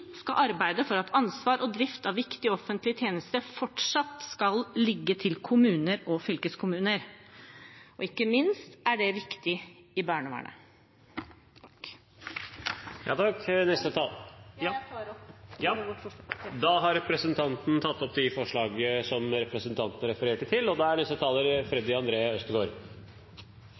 skal arbeide for at ansvar og drift av viktige offentlige tjenester fortsatt skal ligge til kommuner og fylkeskommuner. Ikke minst er det viktig i barnevernet. Jeg mener at barnevernet er den viktigste tjenesten vi har i samfunnet vårt. Barnevernet er satt til